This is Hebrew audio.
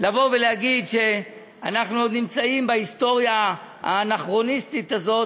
לבוא ולהגיד שאנחנו עוד נמצאים בהיסטוריה האנכרוניסטית הזאת,